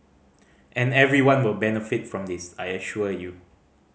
and everyone will benefit from this I assure you